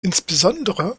insbesondere